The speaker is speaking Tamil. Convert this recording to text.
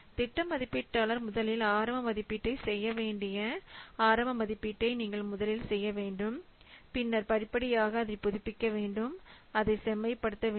திட்ட மதிப்பீட்டாளர் முதலில் ஆரம்ப மதிப்பீட்டை செய்யவேண்டிய ஆரம்ப மதிப்பீட்டை நீங்கள் முதலில் செய்ய வேண்டும் பின்னர் படிப்படியாக அதை புதுப்பிக்க வேண்டும் அதை செம்மைப்படுத்த வேண்டும்